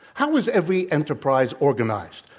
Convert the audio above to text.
how is every enterprise organized?